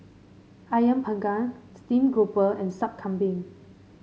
ayam panggang Steamed Grouper and Sup Kambing